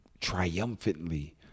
triumphantly